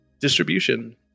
distribution